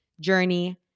journey